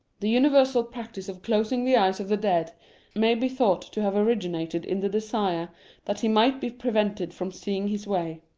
the universal practice of closing the eyes of the dead may be thought to have originated in the desire that he might be prevented from seeing his way.